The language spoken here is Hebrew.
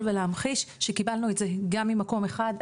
ולהמחיש שקיבלנו את זה גם ממקום אחד,